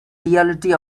reality